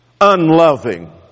unloving